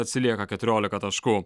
atsilieka keturiolika taškų